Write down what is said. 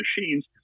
machines